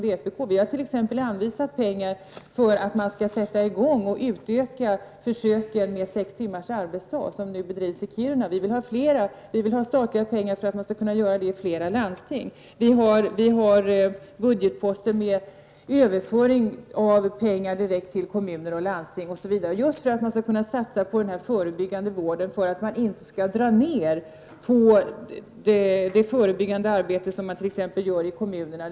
Vi har t.ex. anvisat pengar för att man skall utöka de försök med sex timmars arbetsdag som nu bedrivs i Kiruna. Vi vill ha statliga pengar för att man skall kunna göra försök i flera landsting. Vi har budgetposter med överföring av pengar direkt till kommuner och landsting, just för att man skall kunna satsa på den här förebyggande vården och för att man inte skall dra ner på det förebyggande arbete som man t.ex. gör i kommunerna.